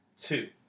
two